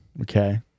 Okay